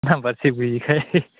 number save गैयैखाय